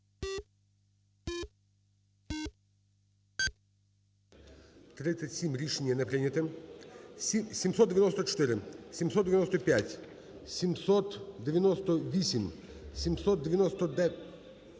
За-37 Рішення не прийнято. 794. 795. 798. 799.